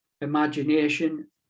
Imagination